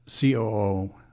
COO